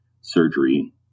surgery